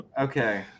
okay